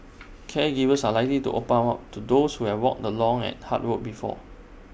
caregivers are likely to open up more to those who have walked the long and hard road before